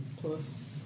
Plus